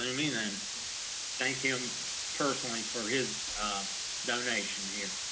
i mean i'm thank him personally for his donation here.